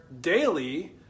daily